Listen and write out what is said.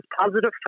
positive